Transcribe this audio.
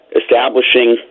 establishing